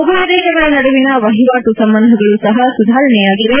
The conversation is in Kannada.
ಉಭಯ ದೇಶಗಳ ನಡುವಿನ ವಹಿವಾಟು ಸಂಬಂಧಗಳು ಸಹ ಸುಧಾರಣೆಯಾಗಿವೆ